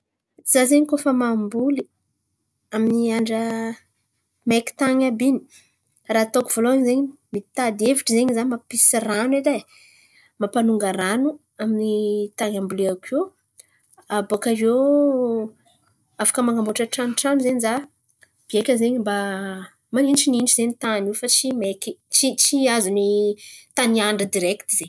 Za zen̈y koa fa mamboly, amin'ny andra maiky tan̈y àby in̈y, raha ataoko voalohany zen̈y mitady hevitry zen̈y za mampisy rano edy e. Mampanonga rano amin'ny tany amboliako iô. Abôkaiô afaka man̈amboatra tranotrano zen̈y za biaka zen̈y mba manintsinintsy zen̈y tany io fa tsy maiky. Tsy- tsy azony taniandra direkty zen̈y.